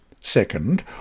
second